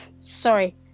Sorry